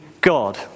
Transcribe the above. God